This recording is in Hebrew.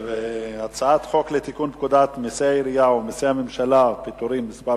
הצעת החוק לתיקון פקודת מסי העירייה ומסי הממשלה (פטורין) (מס'